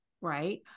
right